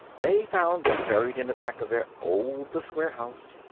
they found them buried in the back of their oldest warehouse.